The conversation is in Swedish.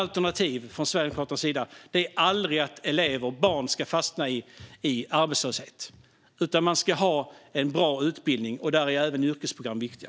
Sverigedemokraternas alternativ är aldrig att barn ska fastna i arbetslöshet, utan man ska ha en bra utbildning. Då är även yrkesprogram viktiga.